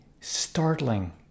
startling